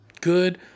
Good